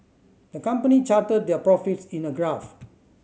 the company charted their profits in a graph